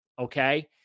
Okay